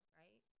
right